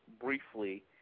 briefly